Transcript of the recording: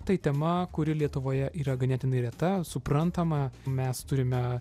tai tema kuri lietuvoje yra ganėtinai reta suprantama mes turime